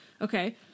okay